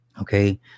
okay